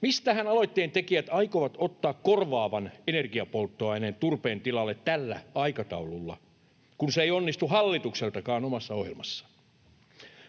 Mistähän aloitteen tekijät aikovat ottaa korvaavan energiapolttoaineen turpeen tilalle tällä aikataululla, kun se ei onnistu hallitukseltakaan omassa ohjelmassaan?